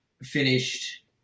finished